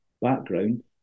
background